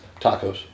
Tacos